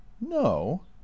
no